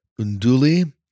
Unduli